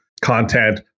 content